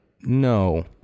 no